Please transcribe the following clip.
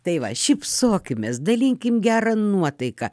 tai va šypsokimės dalinkim gerą nuotaiką